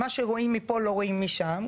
מה שרואים מפה לא רואים משם,